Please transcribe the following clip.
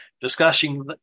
discussing